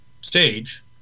stage